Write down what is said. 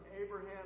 Abraham